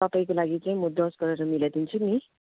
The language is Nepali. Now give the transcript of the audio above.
तपाईँको लागि चाहिँ म दस गरेर मिलाइदिन्छु नि